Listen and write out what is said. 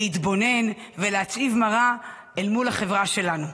להתבונן ולהציב מראה אל מול החברה שלנו.